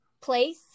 place